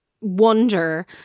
wonder